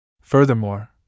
Furthermore